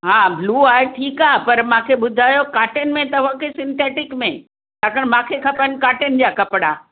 हा ब्लू आहे ठीकु आहे पर मूंखे ॿुधायो काटन में अथव कि सिंथेटिक में छाकाणि मूंखे खपनि काटन जा कपिड़ा